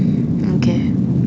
okay